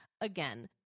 again